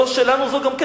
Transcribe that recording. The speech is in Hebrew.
זו שלנו זו גם כן".